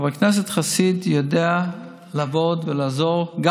חבר הכנסת חסיד יודע לעבוד ולעזור גם